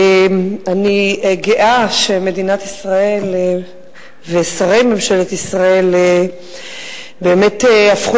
אני גאה שמדינת ישראל ושרי ממשלת ישראל באמת הפכו